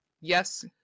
Yes